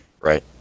right